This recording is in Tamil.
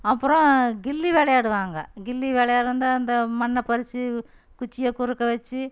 அப்பறம் கில்லி விளையாடுவாங்க கில்லி விளையாட்றது இருந்தால் அந்த மண்ணை பறித்து குச்சியை குறுக்க வச்சு